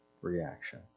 reaction